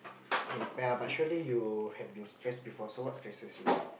ya but surely you have been stressed before so what stresses you